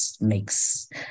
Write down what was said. makes